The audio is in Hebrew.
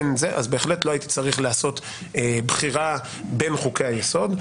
בהחלט לא הייתי צריך לעשות בחירה בין חוקי היסוד,